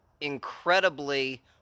incredibly